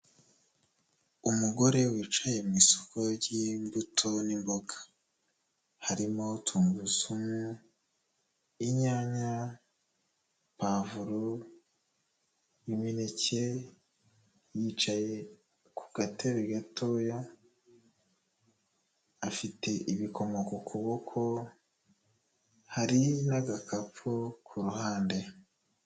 Umugore wicaye mu isoko ry'imbuto n'imboga, harimo tungurusumu, inyanya, pavuro, imineke, yicaye ku gatebe gatoya, afite ibikomo ku kuboko, hari n'agakapu ku ruhande.